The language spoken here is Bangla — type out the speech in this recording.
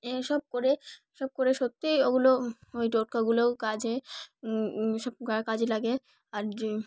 এ সব করে সব করে সত্যিই ওগুলো ওই টোটকাগুলোও কাজে সব কাজে লাগে আর যে